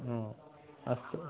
ह्म् अस्तु